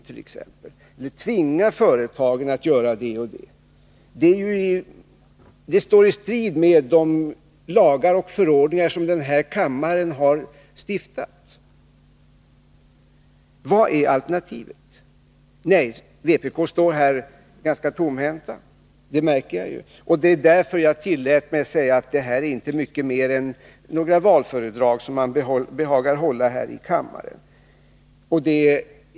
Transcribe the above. Företagen skall tvingas att göra det och det. Detta står i strid med de lagar och förordningar som den här kammaren har stiftat. Vad är alternativet? Vpk står ganska tomhänt. Det märker jag ju, och det var därför jag tillät mig säga att det inte är mer än några valföredrag som ni behagar hålla här i kammaren.